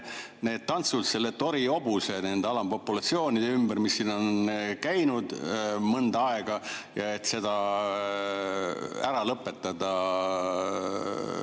need tantsud selle Tori hobuse ja nende alampopulatsioonide ümber, mis siin on käinud mõnda aega, ära lõpetada?